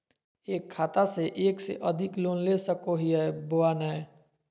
एक खाता से एक से अधिक लोन ले सको हियय बोया नय?